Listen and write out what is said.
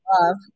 love